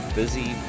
busy